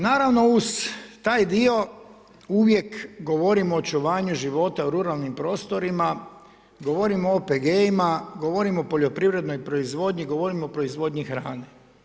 Naravno uz taj dio uvijek govorimo o očuvanju života u ruralnim prostorima, govorimo o OPG-ima, govorimo o poljoprivrednoj proizvodnji, govorimo o proizvodnji hrane.